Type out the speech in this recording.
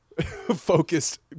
focused